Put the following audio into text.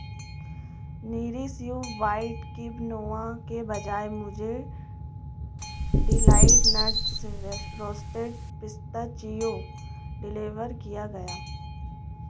Nourish You white quinoa के बजाय मुझे Delight Nuts roasted pistachio deliver किया गया